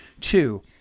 Two